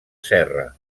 serra